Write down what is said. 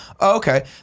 okay